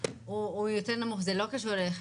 ואני זוכרת שבסופו של דבר זה לא קודם,